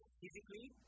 physically